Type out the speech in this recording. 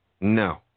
No